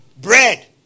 bread